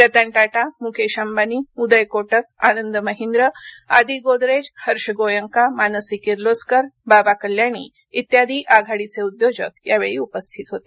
रतन टाटा मुकेश अंबानी उदय कोटक आनंद महींद्र आदी गोदरेज हर्ष गोयंका मानसी किर्लोस्कर बाबा कल्याणी इत्यादी आघाडीचे उद्योजक यावेळी उपस्थित होते